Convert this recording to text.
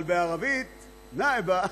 אבל בערבית נאאבה